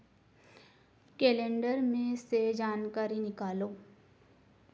calendar में से जानकारी निकालो